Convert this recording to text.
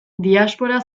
diaspora